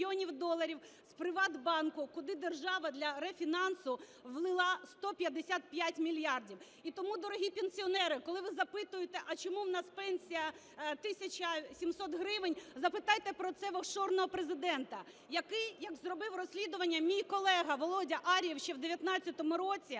з ПриватБанку, куди держава для рефінансу влила 155 мільярдів. І тому, дорогі пенсіонери, коли ви запитуєте, а чому пенсія у нас 1 тисяча 700 гривень, запитайте про це в "офшорного" Президента. Який, як зробив розслідування мій колега Володя Ар'єв ще в 2019 році